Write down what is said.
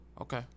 Okay